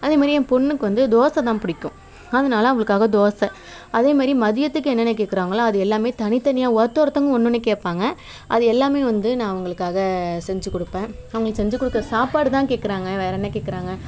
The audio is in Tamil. அதேமாதிரி என் பொண்ணுக்கு வந்து தோசை தான் பிடிக்கும் அதனால அவளுக்காக தோசை அதேமாதிரி மதியத்துக்கு என்னென்ன கேட்குறாங்களோ அது எல்லாமே தனித்தனியாக ஒருத்தர் ஒருத்தவங்க ஒன்று ஒன்று கேட்பாங்க அது எல்லாமே வந்து நான் அவர்களுக்காக செஞ்சுக் கொடுப்பேன் அவர்களுக்கு செஞ்சுக் கொடுக்க சாப்பாடு தான் கேட்குறாங்க வேறு என்ன கேட்குறாங்க